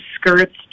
skirts